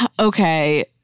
Okay